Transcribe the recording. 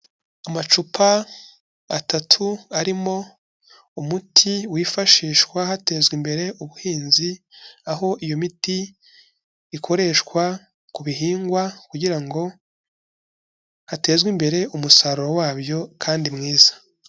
Amacupa atatu arimo umuti wifashishwa hatezwa imbere ubuhinzi, aho iyo miti ikoreshwa ku bihingwa kugira ngo, hatezwe imbere umusaruro wabyo kandi mwiza.